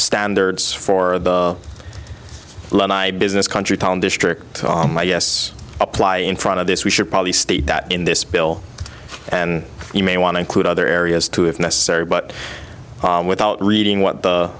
standards for the business country town district yes apply in front of this we should probably state that in this bill you may want to include other areas too if necessary but without reading what the